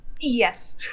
Yes